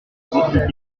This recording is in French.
compte